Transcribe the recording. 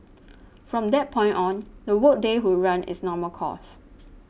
from that point on the work day would run its normal course